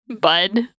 bud